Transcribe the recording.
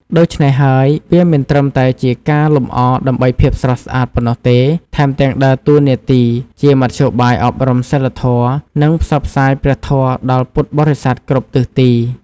ដូច្នេះហើយ វាមិនត្រឹមតែជាការលម្អដើម្បីភាពស្រស់ស្អាតប៉ុណ្ណោះទេ ថែមទាំងដើរតួនាទីជាមធ្យោបាយអប់រំសីលធម៌ និងផ្សព្វផ្សាយព្រះធម៌ដល់ពុទ្ធបរិស័ទគ្រប់ទិសទី។